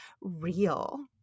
real